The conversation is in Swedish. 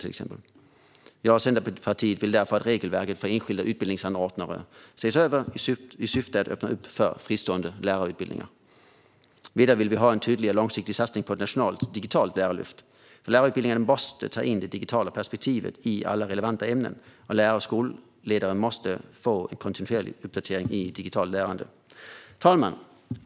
Jag och Centerpartiet vill därför att regelverket för enskilda utbildningsanordnare ses över i syfte att öppna för fristående lärarutbildningar. Vidare vill vi ha en tydlig och långsiktig satsning på ett nationellt digitalt lärarlyft. Lärarutbildningarna måste ta in det digitala perspektivet i alla relevanta ämnen, och lärare och skolledare måste få en kontinuerlig uppdatering i digitalt lärande. Fru talman!